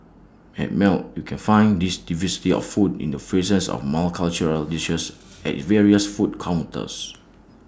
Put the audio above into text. at melt you can find this diversity of foods in the presence of multicultural dishes at its various food counters